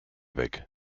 weg